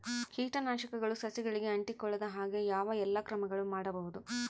ಕೇಟನಾಶಕಗಳು ಸಸಿಗಳಿಗೆ ಅಂಟಿಕೊಳ್ಳದ ಹಾಗೆ ಯಾವ ಎಲ್ಲಾ ಕ್ರಮಗಳು ಮಾಡಬಹುದು?